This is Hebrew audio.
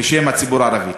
בשם הציבור הערבי.